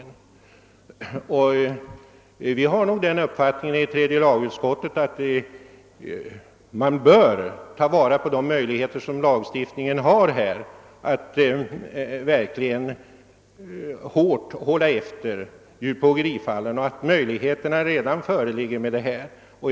I tredje lagutskottet har vi den uppfattningen att man bör ta vara på de möjligheter som lagstiftningen ger att hårt hålla efter fall av djurplågeri. Sådana möjligheter föreligger redan med nuvarande lagstiftning.